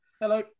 Hello